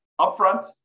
upfront